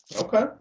Okay